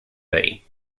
bay